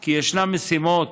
כי ישנן משימות